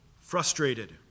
frustrated